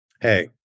hey